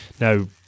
Now